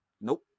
nope